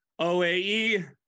OAE